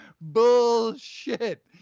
bullshit